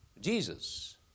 Jesus